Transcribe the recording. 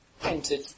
entered